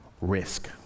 risk